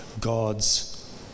God's